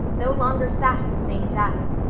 no longer sat at the same desk,